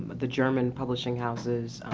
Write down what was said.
but the german publishing houses, um,